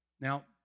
Now